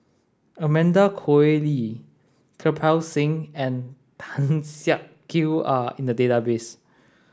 Amanda Koe Lee Kirpal Singh and Tan Siak Kew are in the database